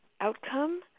outcome